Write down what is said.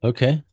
Okay